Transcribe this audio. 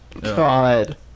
God